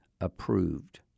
approved